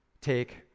take